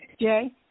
Jay